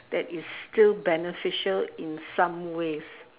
that is still beneficial in some ways